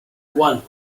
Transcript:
one